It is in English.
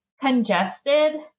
congested